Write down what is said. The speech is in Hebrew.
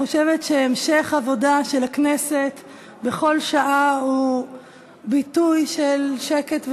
חושבת שהמשך העבודה של הכנסת בכל שעה הוא ביטוי של שקט,